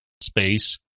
space